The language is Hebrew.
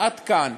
עד כאן.